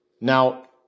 Now